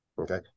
Okay